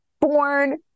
born